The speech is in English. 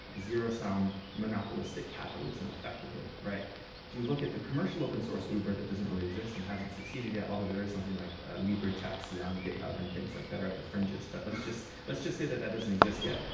zero-sum monopolistic capitalism effectively. if you look at the commercial open source uber that doesn't really exist and hasn't succeeded yet, although there is something like libretaxi on github and things like that are at the fringes. but let's just let's just say that that doesn't exist yet,